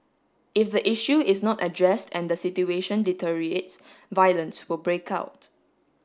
if the issue is not addressed and the situation deteriorates violence will break out